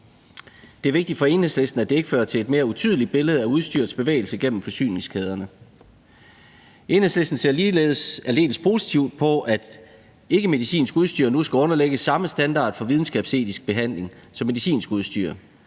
Det er vigtigt for Enhedslisten, at det ikke fører til et mere utydeligt billede af udstyrets bevægelse gennem forsyningskæderne. Enhedslisten ser ligeledes aldeles positivt på, at ikkemedicinsk udstyr nu skal underlægges samme standard for videnskabsetisk behandling som medicinsk udstyr.